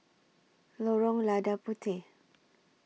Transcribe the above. Lorong Lada Puteh